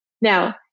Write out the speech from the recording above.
Now